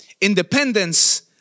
Independence